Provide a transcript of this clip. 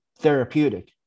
therapeutic